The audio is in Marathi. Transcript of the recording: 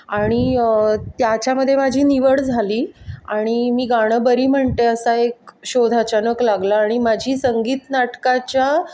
आणि त्याच्यामध्ये माझी निवड झाली आणि मी गाणं बरी म्हणते असा एक शोध अचानक लागला आणि माझी संगीत नाटकाच्या